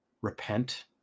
repent